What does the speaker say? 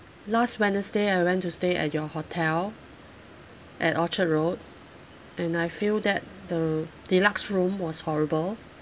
last wednesday I went to stay at your hotel at orchard road and I feel that the deluxe room was horrible